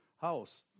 house